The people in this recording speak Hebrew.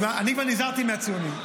אני כבר נזהרתי מהציונים.